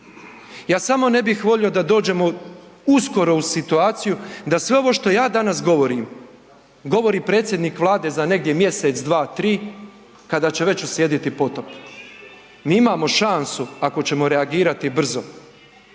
Ja samo ne bih volio da dođemo uskoro u situaciju da sve ovo što ja danas govorim govori predsjednik Vlade za negdje mjesec, dva, tri, kada će već uslijediti potop. Mi imamo šansu ako ćemo reagirati brzo,